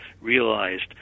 realized